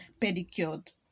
pedicured